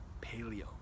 Paleo